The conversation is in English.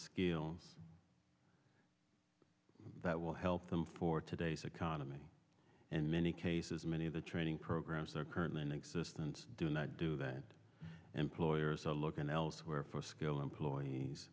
skills that will help them for today's economy and many cases many of the training programs that are currently in existence do not do that employers are looking elsewhere for skilled employees